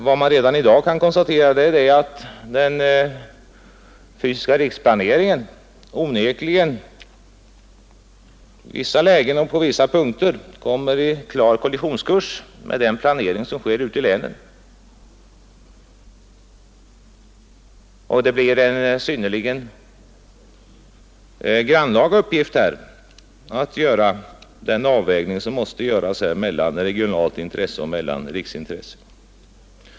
Vad man redan i dag kan konstatera är att den fysiska riksplaneringen onekligen i vissa lägen och på vissa punkter kommer i klar kollisionskurs med den planering som sker ute i länen och det är en synnerligen grannlaga uppgift att göra den avvägning som måste göras mellan regionalt intresse och riksintresse.